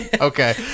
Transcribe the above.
Okay